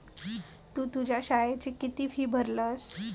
तु तुझ्या शाळेची किती फी भरलस?